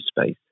space